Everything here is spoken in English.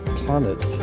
planet